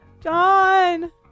John